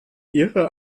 ihrer